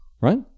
Right